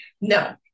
no